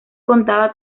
contaba